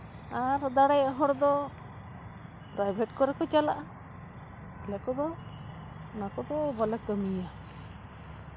ᱟᱨ ᱫᱟᱲᱮᱭᱟᱜ ᱦᱚᱲ ᱫᱚ ᱯᱨᱟᱭᱵᱷᱮᱴ ᱠᱚᱨᱮ ᱠᱚ ᱪᱟᱞᱟᱜᱼᱟ ᱟᱞᱮ ᱠᱚᱫᱚ ᱚᱱᱟ ᱠᱚᱫᱚ ᱵᱟᱞᱮ ᱠᱟᱹᱢᱤᱭᱟ